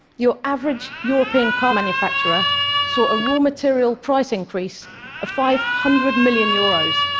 your average european car manufacturer saw a raw material price increase of five hundred million euros,